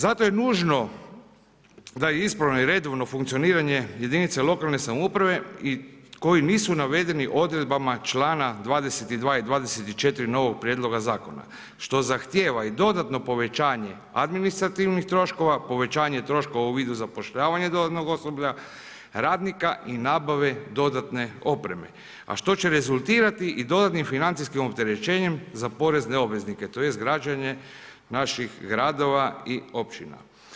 Zato je nužno da ispravno i redovno funkcioniranje jedinica lokalne samouprave, koji nisu navedeni odredbama člana 22. i 24. novog prijedloga zakona, što zahtjeva i dodatno povećanje administrativnih troškova, povećavanje troškova u vidu zapošljavanje dodatnih osoblja, radnika i nabave dodatne opreme, a što će rezultirati i dodatnim financijskim opterećenje za porezne obveznike, tj. građenje naših gradova i općina.